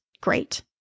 great